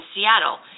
Seattle